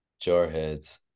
Jarheads